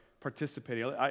participating